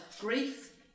grief